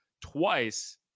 twice